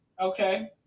okay